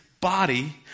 body